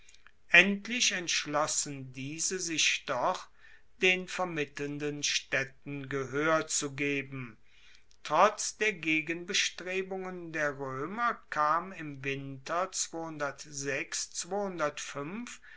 endlich entschlossen diese sich doch den vermittelnden staedten gehoer zu geben trotz der gegenbestrebungen der roemer kam im winter